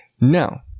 Now